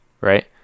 right